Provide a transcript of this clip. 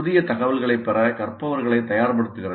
புதிய தகவல்களைப் பெற கற்பவர்களைத் தயார்படுத்துகிறது